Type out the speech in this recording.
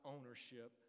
ownership